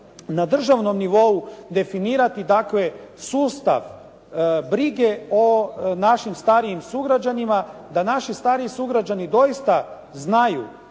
na državnom nivou definirati sustav brige o našim starijim sugrađanima da naši stariji sugrađani doista znaju